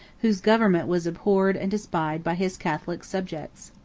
whose government was abhorred and despised by his catholic subjects.